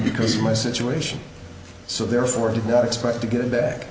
because my situation so therefore did not expect to get it back